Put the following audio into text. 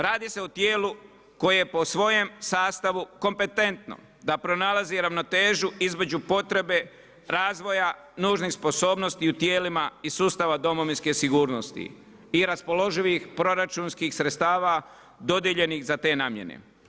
Radi se o tijelu koji je po svojem sastavu kompetentno da pronalazi ravnotežu između potrebe razvoja nužnih sposobnosti i u tijelima i sustava domovinske sigurnosti i raspoloživih proračunskih sredstava dodijeljenih za te namjene.